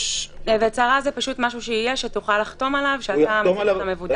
הצהרה זה משהו שיהיה שתוכל לחתום עליו שאתה מבודד.